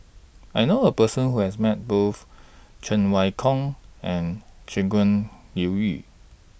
I know A Person Who has Met Both Cheng Wai Keung and Shangguan Liuyun